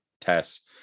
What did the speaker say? tests